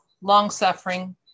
long-suffering